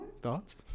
Thoughts